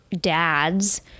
dads